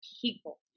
people